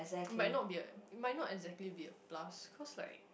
it might not be a it might not exactly be a plus cause like